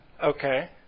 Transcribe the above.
Okay